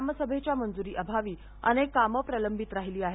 ग्रामसभेच्या मंजुरी अभावी अनेक कामं प्रलंबित राहिली आहेत